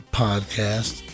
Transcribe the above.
podcast